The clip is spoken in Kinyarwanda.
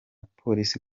polisi